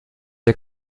ihr